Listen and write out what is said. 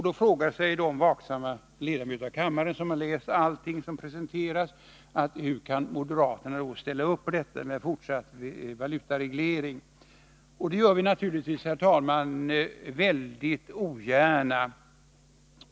De vaksamma ledamöter av kammaren, som har läst allt som presenterats, frågar sig hur moderaterna kan ställa sig bakom en fortsatt valutareglering. Det gör vi, herr talman, naturligtvis mycket ogärna.